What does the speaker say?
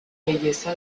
belleza